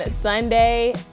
Sunday